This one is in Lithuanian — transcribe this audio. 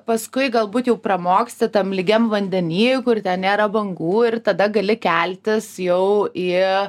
paskui galbūt jau pramoksti tam lygiam vandeny kur ten nėra bangų ir tada gali keltis jau į